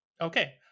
Okay